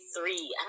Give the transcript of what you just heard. three